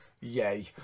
Yay